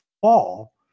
fall